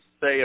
say